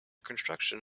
construction